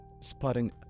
spotting